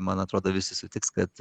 man atrodo visi sutiks kad